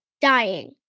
dying